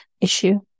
issue